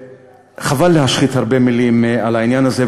וחבל להשחית הרבה מילים על העניין הזה,